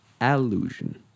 allusion